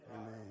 Amen